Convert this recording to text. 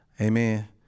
amen